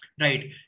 right